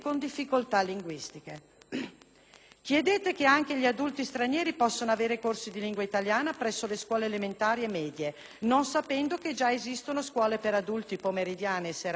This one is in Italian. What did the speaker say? Chiedete che anche gli adulti stranieri possano avere corsi di lingua italiana presso le scuole elementari e medie, non sapendo che già esistono scuole per adulti pomeridiane e serali che offrono questo servizio.